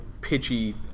pitchy